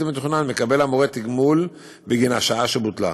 מתוכנן מקבל המורה תגמול בגין השעה שבוטלה.